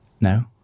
no